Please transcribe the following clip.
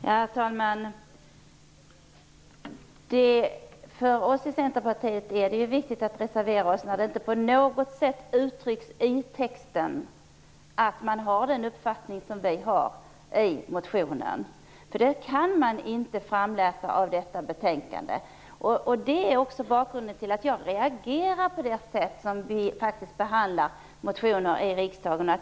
Herr talman! För oss i Centerpartiet är det viktigt att reservera oss när den uppfattning som vi har i motionen inte på något sätt uttrycks i texten. Det kan inte utläsas av detta betänkande. Det är också bakgrunden till att jag reagerar mot sättet att behandla motioner i riksdagen.